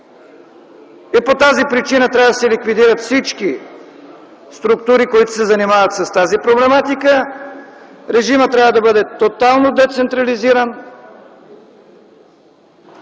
и по тази причина трябва да се ликвидират всички структури, които се занимават с тази проблематика. Режимът трябва да бъде тотално децентрализиран